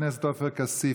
חבר הכנסת עופר כסיף,